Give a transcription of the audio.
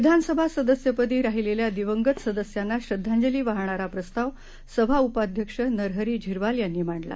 विधानसभा सदस्य पदी राहिलेल्या दिवंगत सदस्यांना श्रद्धांजली वाहणारा प्रस्ताव सभा उपाध्यक्ष नरहरी झिरवाल यांनी मांडला